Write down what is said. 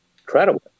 incredible